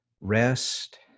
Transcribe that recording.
Rest